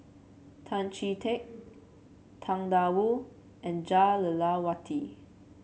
Tan Chee Teck Tang Da Wu and Jah Lelawati